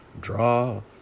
draw